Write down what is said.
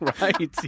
Right